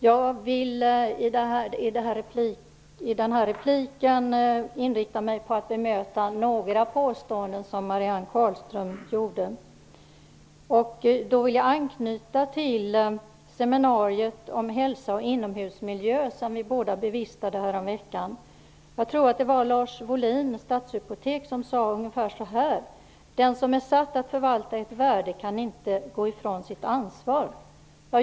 Jag vill i den här repliken inrikta mig på att bemöta några av Marianne Carlströms påståenden. Jag vill då anknyta till det seminarium om hälsa och inomhusmiljö som vi båda bevistade häromveckan. Jag tror att det var Lars Wohlin från Stadshypotek som sade ungefär så här: Den som är satt att förvalta ett värde kan inte gå ifrån sitt ansvar.